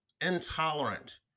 intolerant